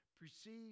Perceive